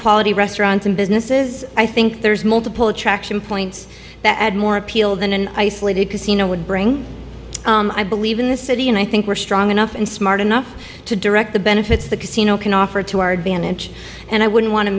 quality restaurants and businesses i think there's multiple attraction points that add more appeal than an isolated casino would bring i believe in the city and i think we're strong enough and smart enough to direct the benefits the casino can offer to our advantage and i wouldn't want to